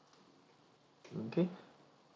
okay